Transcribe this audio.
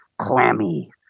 clammy